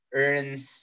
earns